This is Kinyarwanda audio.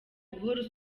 guhora